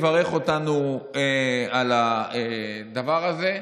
יברך אותנו על הדבר הזה,